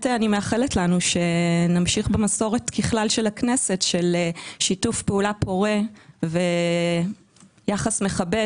אני מאחלת לנו שנמשיך במסורת של הכנסת של שיתוף פעולה פורה ויחס מכבד